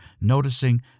noticing